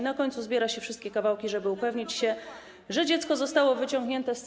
Na końcu zbiera się wszystkie kawałki, żeby upewnić się, że dziecko zostało wyciągnięte w całości.